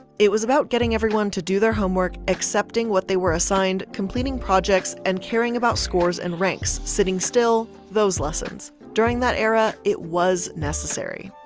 it was about getting everyone to do their homework, accepting what they were assigned, completing projects and caring about scores, and ranks, sitting still, those lessons. during that era, it was necessary.